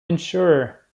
insurer